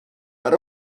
but